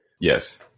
Yes